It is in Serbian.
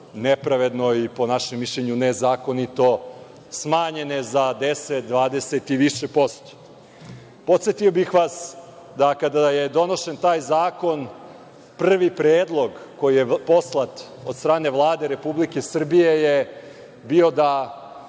nepravedno i, po našem mišljenju, nezakonito smanjene za 10, 20 i više posto. Podsetio bih vas da, kada je donošen taj zakon, prvi predlog koji je poslat od strane Vlade Republike Srbije je bio da